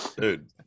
Dude